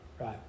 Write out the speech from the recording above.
right